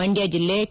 ಮಂಡ್ನ ಜಿಲ್ಲೆ ಕೆ